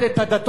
זה הכול.